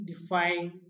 define